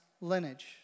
lineage